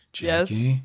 Yes